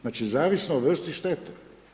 Znači zavisno o vrsti štete.